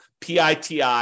PITI